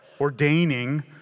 ordaining